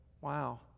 Wow